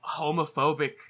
homophobic